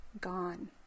gone